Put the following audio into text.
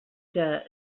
que